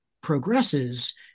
progresses